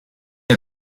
nie